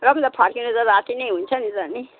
र पनि त फर्किनु त राति नै हुन्छ नि त अनि